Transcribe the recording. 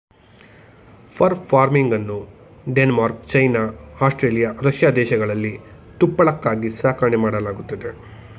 fur ಫಾರ್ಮಿಂಗನ್ನು Denmark, China, Australia, Russia ದೇಶಗಳಲ್ಲಿ ತುಪ್ಪಳಕ್ಕಾಗಿ ಸಾಕಣೆ ಮಾಡಲಾಗತ್ತದೆ